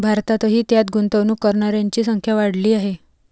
भारतातही त्यात गुंतवणूक करणाऱ्यांची संख्या वाढली आहे